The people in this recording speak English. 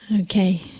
Okay